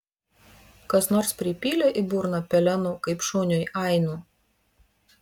kas nors pripylė į burną pelenų kaip šuniui ainu